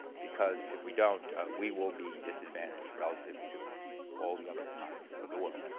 because if we don't, we will be disadvantaged relative to all the other economies of the world.